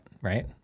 Right